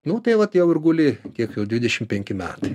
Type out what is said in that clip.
nu tai vat jau ir guli kiek jau dvidešim penki metai